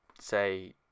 say